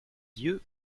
yeux